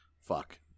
fuck